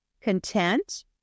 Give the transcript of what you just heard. content